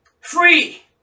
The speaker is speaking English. Free